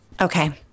Okay